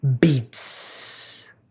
Beats